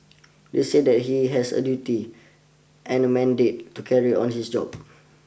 they said that he has a duty and a mandate to carry on his job